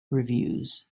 revues